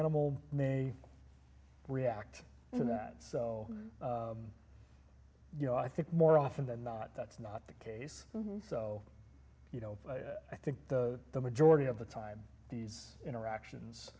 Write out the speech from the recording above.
animal may react to that so you know i think more often than not that's not the case so you know i think the majority of the time these interactions